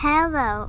Hello